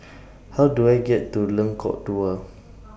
How Do I get to Lengkok Dua